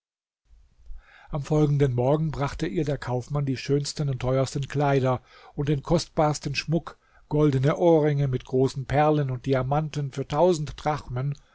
am folgenden morgen brachte ihr der kaufmann die schönsten und teuersten kleider und den kostbarsten schmuck goldene ohrringe mit großen perlen und diamanten für tausend drachmen